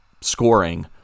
scoring